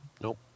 Nope